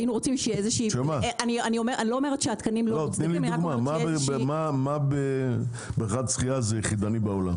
תני לי דוגמה מה בבריכת שחייה זה יחידני בעולם.